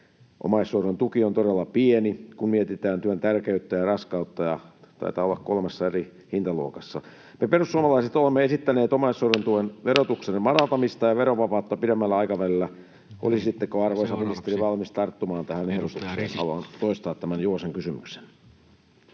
Omaishoidon tuki on todella pieni, kun mietitään työn tärkeyttä ja raskautta, ja taitaa olla kolmessa eri hintaluokassa. Me perussuomalaiset olemme esittäneet omaishoidon tuen verotuksen madaltamista ja verovapautta pidemmällä aikavälillä. Olisitteko, arvoisa ministeri, valmis tarttumaan tähän ehdotukseen? Haluan toistaa tämän Juvosen kysymyksen.